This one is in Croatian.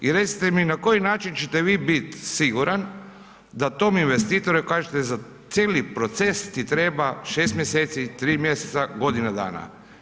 I recite mi na koji način ćete vi biti siguran da tom investitoru kažete za cijeli proces ti treba 6 mjeseci, 3 mjeseca, godina dana?